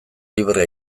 librea